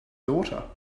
daughter